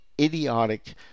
idiotic